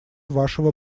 вашего